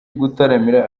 gutaramira